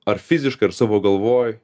ar fiziškai ar savo galvoj